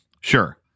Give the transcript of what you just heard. Sure